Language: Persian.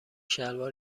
شلوار